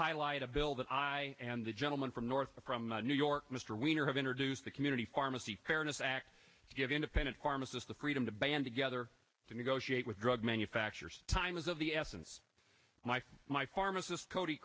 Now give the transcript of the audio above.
highlight a bill that i and the gentleman from north from new york mr weener have introduced the community pharmacy fairness act give independent pharmacist the freedom to band together to negotiate with drug manufacturers time is of the essence my pharmacist cody